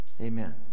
Amen